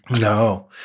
No